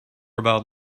about